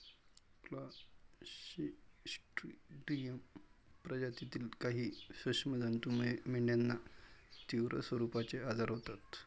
Clostridium प्रजातीतील काही सूक्ष्म जंतूमुळे मेंढ्यांना तीव्र स्वरूपाचे आजार होतात